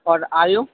اور آلو